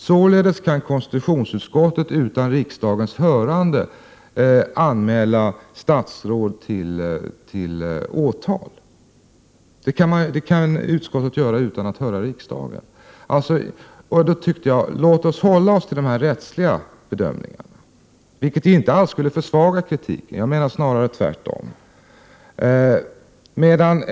Således kan konstitutionsutskottet utan riksdagens hörande anmäla statsråd till åtal. Jag tyckte att vi skulle hålla oss till dessa rättsliga bedömningar, vilket inte alls skulle försvaga kritiken, jag menar snarare tvärtom.